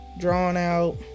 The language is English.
drawn-out